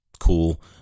cool